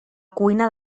cuina